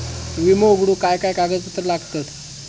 विमो उघडूक काय काय कागदपत्र लागतत?